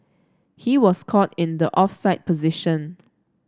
he was caught in the offside position